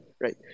right